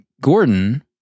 Gordon